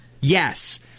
Yes